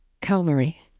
Calvary